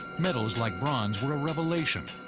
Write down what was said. metals like bronze were a revelation,